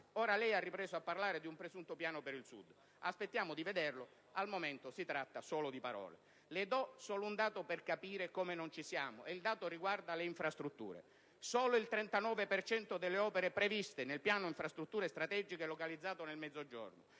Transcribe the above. Ora lei ha ripreso a parlare di un presunto Piano per il Sud. Aspettiamo di vederlo; al momento si tratta solo di parole. Le do solo un dato per capire come non ci siamo e il dato riguarda le infrastrutture: solo il 39 per cento delle opere previste nel Piano infrastrutture strategiche è localizzato nel Mezzogiorno,